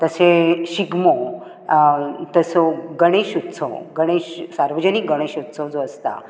तशें शिगमो तसो गणेश उत्सव गणेश सार्वजनीक गणेश उत्सव जो आसता थंय